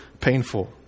painful